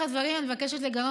לא הקשבת לי.